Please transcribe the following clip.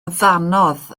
ddannoedd